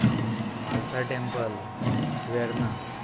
Mhalsa temple Verna